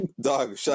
dog